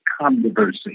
controversy